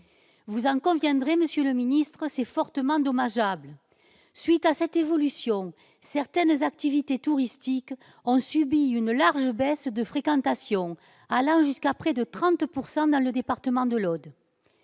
Vous en conviendrez, monsieur le secrétaire d'État, c'est fortement dommageable. À la suite de cette évolution, certaines activités touristiques ont subi une large baisse de fréquentation, allant jusqu'à près de 30 % dans le département de l'Aude.